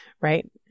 right